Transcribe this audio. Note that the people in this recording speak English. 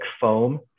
foam